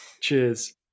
Cheers